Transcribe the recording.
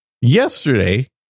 yesterday